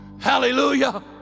Hallelujah